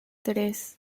tres